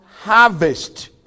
harvest